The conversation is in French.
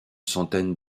centaine